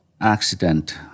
accident